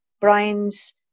Brian's